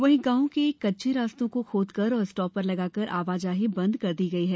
वही गावों के कच्चे रास्तों को खोदकर और स्टॉपर लगाकर आवाजाही बंद कर दी गई है